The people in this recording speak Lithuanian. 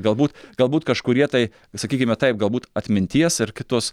galbūt galbūt kažkurie tai sakykime taip galbūt atminties ar kitos